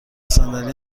صندلی